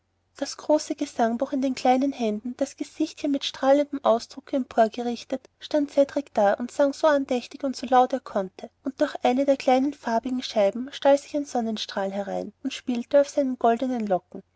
das große gesangbuch in den kleinen händen das gesichtchen mit strahlendem ausdrucke empor gerichtet stand cedrik da und sang so andächtig und so laut er konnte und durch eine der kleinen farbigen scheiben stahl sich ein sonnenstrahl herein und spielte auf seinen goldnen locken